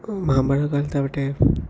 മാമ്പഴക്കാലത്താവട്ടെ